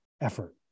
effort